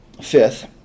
Fifth